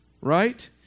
right